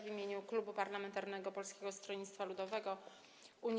W imieniu Klubu Parlamentarnego Polskiego Stronnictwa Ludowego - Unii